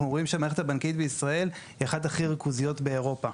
רואים שהמערכת הבנקאית בישראל היא אחת הכי ריכוזיות באירופה.